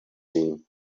ĝin